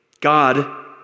God